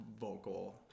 vocal